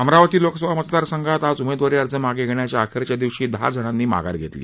अमरावती लोकसभा मतदारसंघात आज उमेदवारी अर्ज मागे घेण्याच्या अखेरच्या दिवशी दहा जणांनी माघार घेतली